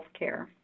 healthcare